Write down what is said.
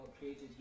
created